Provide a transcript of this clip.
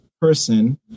person